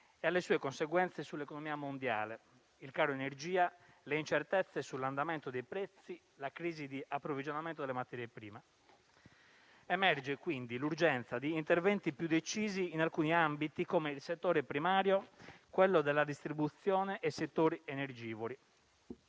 e alle sue conseguenze sull'economia mondiale, al caro energia, alle incertezze sull'andamento dei prezzi e alla crisi di approvvigionamento delle materie prime. Emerge quindi l'urgenza di interventi più decisi in alcuni ambiti come il settore primario, quello della distribuzione e settori energivori,